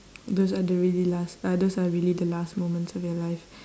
those are the really last uh those are really the last moments of your life